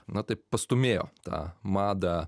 na taip pastūmėjo tą madą